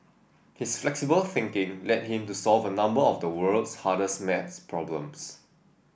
his flexible thinking led him to solve a number of the world's hardest maths problems